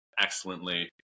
excellently